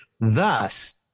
thus